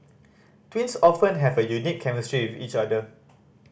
twins often have a unique chemistry with each other